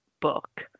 book